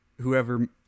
whoever